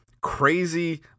crazy